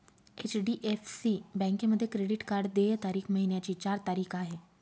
HDFC बँकेमध्ये credit card देय तारीख महिन्याची चार तारीख आहे